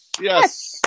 Yes